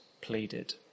pleaded